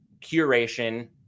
curation